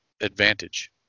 advantage